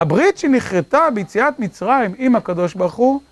הברית שנחרטה ביציאת מצרים, עם הקדוש ברוך הוא.